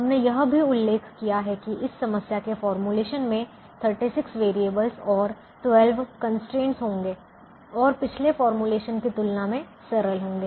हमने यह भी उल्लेख किया है कि इस समस्या के लिए फॉर्मूलेशन में 36 वेरिएबल और 12 कंस्ट्रेंट होंगे और पिछले फॉर्मूलेशन की तुलना में सरल होंगे